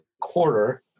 quarter